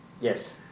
Yes